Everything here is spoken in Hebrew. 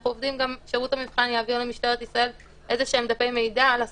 שירות המבחן יעביר למשטרת ישראל דפי מידע על הסדנה,